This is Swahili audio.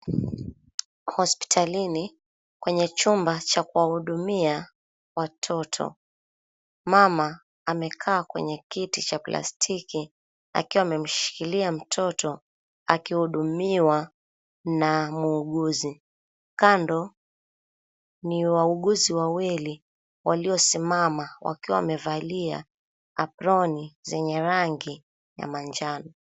Hospitalini kwenye chumba cha kuwahudumia watoto. Mama amekaa kwenye kiti cha plastiki akiwa amemshikilia mtoto akihudumiwa na muuguzi. Kando ni wauguzi wawili waliosimama wakiwa wamevalia aproni zenye rangi ya manjano.